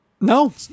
no